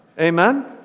Amen